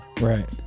Right